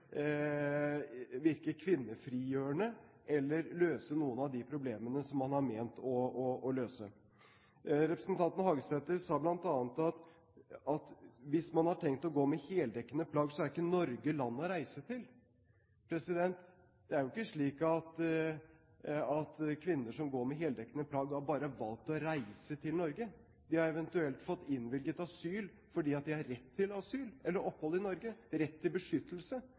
kvinnefrigjørende, eller løse noen av de problemene som man har ment å løse. Representanten Hagesæter sa bl.a. at hvis man har tenkt å gå med heldekkende plagg, er ikke Norge landet å reise til. Det er jo ikke slik at kvinner som går med heldekkende plagg, bare har valgt å reise til Norge. De har eventuelt fått innvilget asyl fordi de har rett til asyl eller opphold i Norge, rett til beskyttelse.